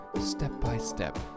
step-by-step